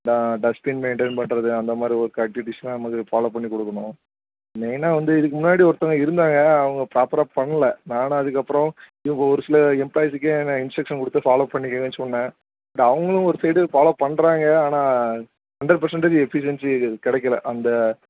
ட dustbin maintain பண்ணுறது அந்த மாதிரி ஒர்க் ஆக்ட்டிவிட்டீஸ்லாம் நமக்கு ஃபாலோ பண்ணி கொடுக்குணும் மெயின்னா வந்து இதுக்கு முன்னாடி ஒருத்தவங்க இருந்தாங்க அவங்க ப்ராபர்ராக பண்ணல நான் அதுக்கு அப்புறம் இவங்க ஒரு சில எம்ப்ளாய்ஸ்ஸுக்கே நான் இன்ஸ்ட்ரெக்ஸன் கொடுத்து ஃபாலோ பண்ணிக்கங்கன்னு சொன்னேன் பட் அவங்களும் ஒரு சைடு ஃபாலோ பண்ணுறாங்க ஆனால் ஹண்ட்ரெட் பர்ஸன்டேஜ் எஃபிஸியன்சி கிடைக்கல அந்த